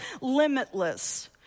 limitless